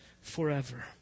forever